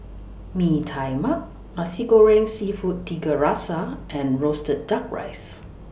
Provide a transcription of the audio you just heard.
Mee Tai Mak Nasi Goreng Seafood Tiga Rasa and Roasted Duck Rice